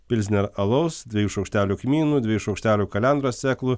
pilsner alaus dviejų šaukštelių kmynų dviejų šaukštelių kalendros sėklų